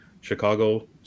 chicago